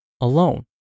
alone